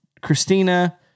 Christina